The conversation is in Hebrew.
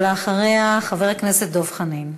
אחריה, חבר הכנסת דב חנין.